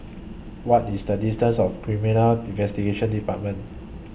What IS The distance of Criminal Investigation department